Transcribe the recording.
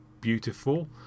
beautiful